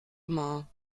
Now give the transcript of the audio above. immer